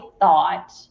thought